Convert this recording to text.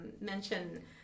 mention